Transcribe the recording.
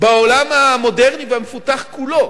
בעולם המודרני והמפותח כולו